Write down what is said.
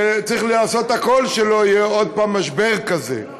וצריך לעשות הכול שלא יהיה עוד פעם משבר כזה.